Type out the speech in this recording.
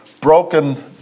broken